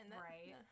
Right